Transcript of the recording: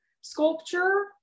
sculpture